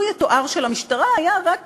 לו יתואר שלמשטרה הייתה רק